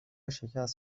شکست